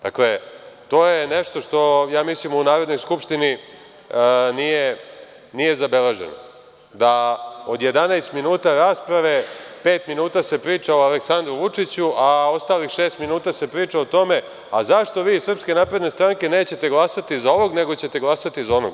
Dakle, to je nešto što, ja mislim, u Narodnoj skupštini nije zabeleženo, da od 11 minuta rasprave pet minuta se priča o Aleksandru Vučiću, a ostalih šest minuta se priča o tome, a, zašto vi iz SNS nećete glasati za ovog, nego ćete glasati za onog.